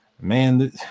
Man